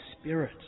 Spirit